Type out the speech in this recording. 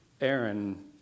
Aaron